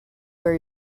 where